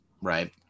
Right